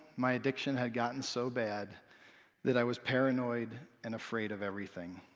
my addiction had gotten so bad that i was paranoid, and afraid of everything.